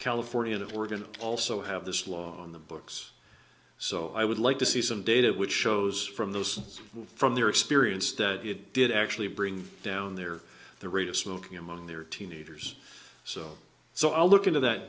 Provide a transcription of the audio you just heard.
california and if we're going to also have this law on the books so i would like to see some data which shows from those from their experience that it did actually bring down their the rate of smoking among their teenagers so so i'll look into that